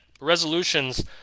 resolutions